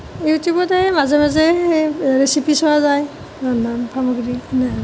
ইউটিউবত এই মাজে মাজে সেই ৰেচিপি চোৱা যায় ৰন্ধন সামগ্ৰী